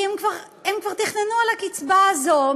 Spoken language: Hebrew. כי הן כבר תכננו על הקצבה הזאת,